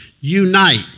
Unite